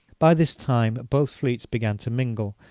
by this time both fleets began to mingle,